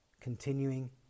continuing